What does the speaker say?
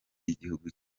y’igihugu